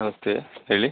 ನಮಸ್ತೆ ಹೇಳಿ